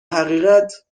حقیقت